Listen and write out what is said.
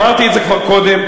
אמרתי את זה כבר קודם,